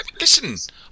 Listen